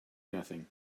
nothing